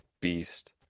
beast